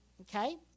Okay